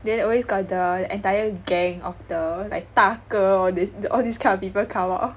then always got the entire gang of the like 大哥 all this all these kind of people come out